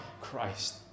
Christ